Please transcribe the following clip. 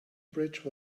bridge